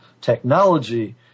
technology